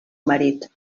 marit